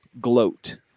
gloat